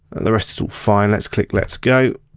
and the rest is all fine, let's click let's go.